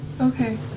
Okay